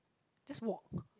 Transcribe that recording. just walk